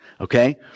okay